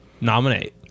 nominate